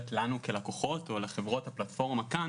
לנו כלקוחות או לחברות הפלטפורמה כאן,